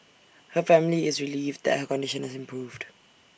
her family is relieved that her condition has improved